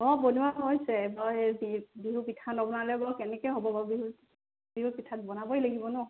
অ' বনোৱা হৈছে বিহুৰ পিঠা নবনালে বাৰু কেনেকৈ হ'ব বাৰু বিহুত বিহুত পিঠা বনাবই লাগিব ন